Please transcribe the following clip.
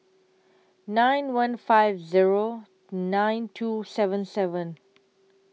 nine one five Zero nine two seven seven